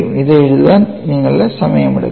ഇത് എഴുതാൻ നിങ്ങളുടെ സമയമെടുക്കുക